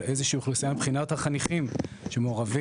איזושהי אוכלוסייה מבחינת החניכים שמעורבים,